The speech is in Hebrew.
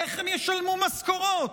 איך הם ישלמו משכורות?